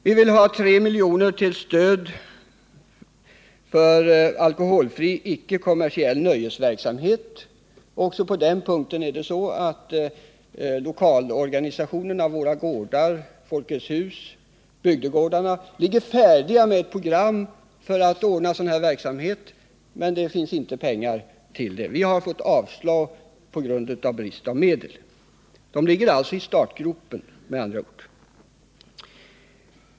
Vi vill ha 3 milj.kr. till stöd för alkoholfri icke kommersiell nöjesverksamhet. Här har lokalorganisationerna — Våra Gårdar, Folkets hus och Bygdegårdarna — ett program färdigt för sådan här verksamhet, men det finns inte pengar. Vi har fått nej på grund av brist på medel. Men de här organisationerna ligger med andra ord i startgroparna. 5.